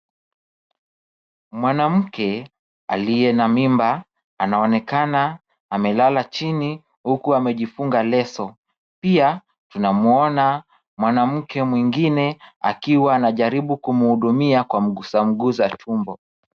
Mwanamke aliye na mimba anaonekana amelala chini huku amejifunga leso. Pia tunamwona mwanamke mwingine akiwa anajaribu kumhudumia kwa mgusa mgusa tumbo.